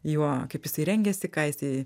juo kaip jisai rengėsi ką jisai